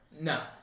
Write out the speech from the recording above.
No